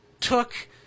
took